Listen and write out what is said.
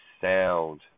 sound